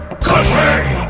Country